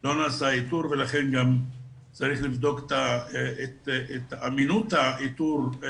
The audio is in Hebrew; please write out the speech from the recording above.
לא נעשה איתור ולכן גם צריך לבדוק את אמינות האיתורים